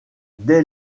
dès